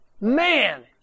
man